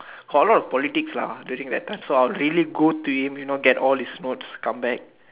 got a lot of politics lah during that time so I would really go to him you know get his notes come back